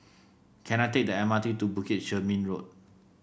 can I take the M R T to Bukit Chermin Road